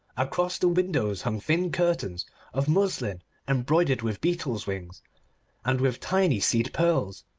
across the windows hung thin curtains of muslin embroidered with beetles' wings and with tiny seed-pearls,